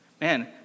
Man